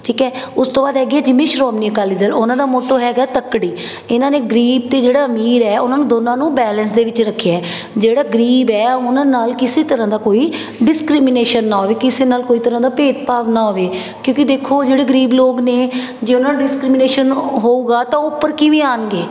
ਠੀਕ ਹੈ ਉਸ ਤੋਂ ਬਾਅਦ ਹੈਗੀ ਹੈ ਜਿਵੇਂ ਸ਼੍ਰੋਮਣੀ ਅਕਾਲੀ ਦਲ ਉਹਨਾਂ ਦਾ ਮੋਟੋ ਹੈਗਾ ਤੱਕੜੀ ਇਹਨਾਂ ਨੇ ਜਿਹੜਾ ਗਰੀਬ ਤੇ ਜਿਹੜਾ ਅਮੀਰ ਹੈ ਉਹਨਾਂ ਨੂੰ ਦੋਨਾਂ ਨੂੰ ਬੈਲੇਂਸ ਦੇ ਵਿੱਚ ਰੱਖਿਆ ਜਿਹੜਾ ਗਰੀਬ ਹੈ ਉਹਨਾਂ ਨਾਲ ਕਿਸੇ ਤਰਾਂ ਦਾ ਕੋਈ ਡਿਸਕ੍ਰੀਮੀਨੇਸ਼ਨ ਨਾ ਹੋਵੇ ਕਿਸੇ ਨਾਲ ਕੋਈ ਤਰਾਂ ਦਾ ਭੇਦ ਭਾਵ ਨਾ ਹੋਵੇ ਕਿਉਂਕਿ ਦੇਖੋ ਜਿਹੜੇ ਗਰੀਬ ਲੋਕ ਨੇ ਜੇ ਉਹਨਾਂ ਨਾਲ ਡਿਸਕ੍ਰੀਮੀਨੇਸ਼ਨ ਹੋਊਗਾ ਤਾਂ ਉਹ ਉੱਪਰ ਕਿਵੇਂ ਆਉਣਗੇ